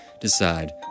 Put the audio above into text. decide